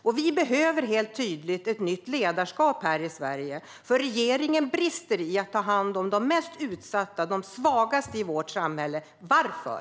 Det är tydligt att vi behöver ett nytt ledarskap här i Sverige, för regeringen brister i att ta hand om de mest utsatta och svaga i vårt samhälle. Varför?